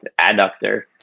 adductor